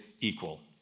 equal